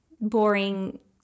boring